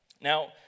Now